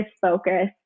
focus